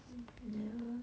I never